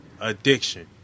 addiction